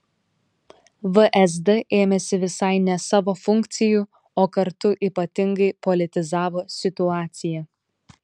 vsd ėmėsi visai ne savo funkcijų o kartu ypatingai politizavo situaciją